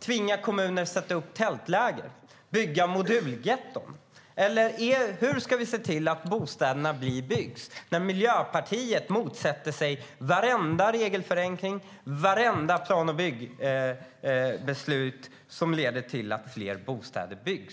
tvinga kommuner att sätta upp tältläger och bygga modulgetton? Eller hur ska vi se till att bostäderna byggs när Miljöpartiet motsätter sig varenda regelförenkling och varenda plan och byggbeslut som leder till att fler bostäder byggs?